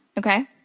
okay.